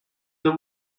that